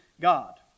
God